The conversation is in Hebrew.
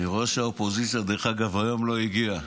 אני רואה שהאופוזיציה היום לא הגיעה.